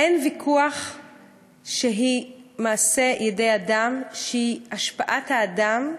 ואין ויכוח שהיא מעשה ידי אדם, שהיא השפעת האדם.